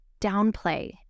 downplay